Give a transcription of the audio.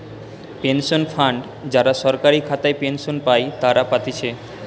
pension fund যারা সরকারি খাতায় পেনশন পাই তারা পাতিছে